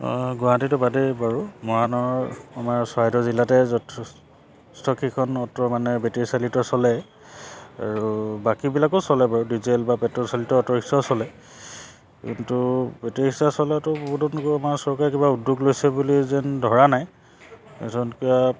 গুৱাহাটীটো বাদেই বাৰু মৰাণৰ আমাৰ চৰাইদেউ জিলাতে যথেষ্টকিখন মানে বেটেৰী চালিত চলে আৰু বাকীবিলাকো চলে বাৰু ডিজেল বা পেট্ৰল চালিত অট ৰিক্সাও চলে কিন্তু বেটেৰী ৰিক্সা চলাটো বহুতো আমাৰ চৰকাৰে কিবা উদ্যোগ লৈছে বুলি যেন ধৰা নাই এজনক